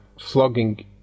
flogging